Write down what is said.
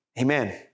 Amen